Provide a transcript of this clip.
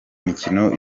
mikino